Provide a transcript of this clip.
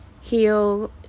heal